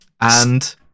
and-